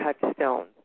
touchstones